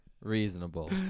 Reasonable